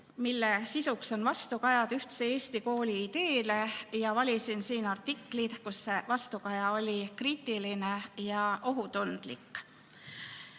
mille sisuks on vastukajad ühtse Eesti kooli ideele. Valisin artiklid, kus see vastukaja oli kriitiline ja ohutundlik.